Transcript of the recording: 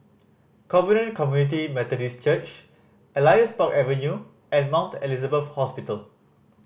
Covenant Community Methodist Church Elias Park Avenue and Mount Elizabeth Hospital